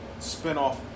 spinoff